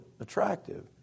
attractive